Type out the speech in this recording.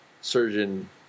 surgeon